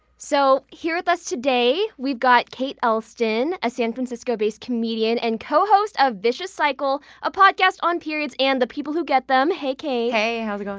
so here with us today we've got kate elston, a san francisco-based comedian and co-host of vicious cycle, a podcast on periods and the people who get them. hey kate. hey, how's it going?